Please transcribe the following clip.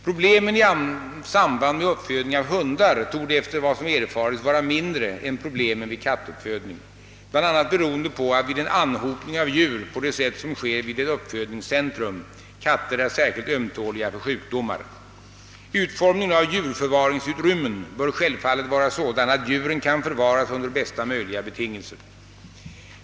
Problemen i samband med uppfödning av hundar torde efter vad som erfarits vara mindre än problemen vid kattuppfödning, bl.a. beroende på att vid en anhopning av djur på det sätt som sker vid ett uppfödningscentrum katter är särskilt ömtåliga för sjukdomar. Utformningen av djurförvaringsutrymmen bör självfallet vara sådan att djuren kan förvaras under bästa möjliga betingelser.